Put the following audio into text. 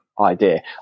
idea